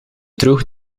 droeg